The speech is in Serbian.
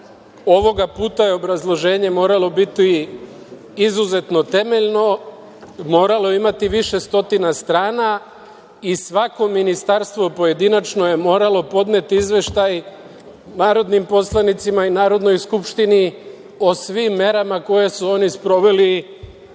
ovog puta je obrazloženje moralo biti izuzetno temeljno, moralo je imati više stotina strana i svako ministarstvo pojedinačno je moralo podneti izveštaj narodnim poslanicima i Narodnoj skupštini o svim merama koje su oni sproveli